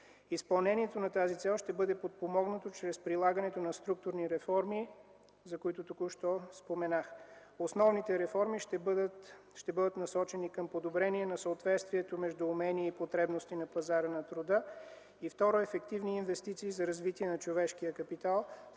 Изпълнението на тази цел ще бъде подпомогнато чрез прилагането на структурни реформи, за които току-що споменах. Основните реформи ще бъдат насочени към подобрение на съответствието между умения и потребности на пазара на труда, и второ – ефективни инвестиции за развитие но човешкия капитал,